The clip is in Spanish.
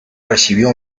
recibió